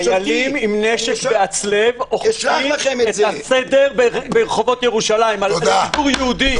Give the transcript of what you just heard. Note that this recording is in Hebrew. חיילים עם נשק בהצלב אוכפים את הסדר ברחובות ירושלים על ציבור יהודי.